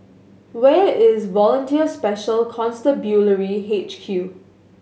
where is Volunteer Special Constabulary H Q